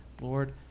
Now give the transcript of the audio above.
Lord